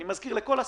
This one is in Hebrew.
אני מזכיר לכל השרים,